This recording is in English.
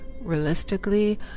realistically